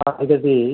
अलिकति